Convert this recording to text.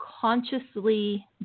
consciously